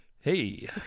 Hey